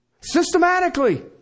Systematically